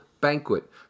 banquet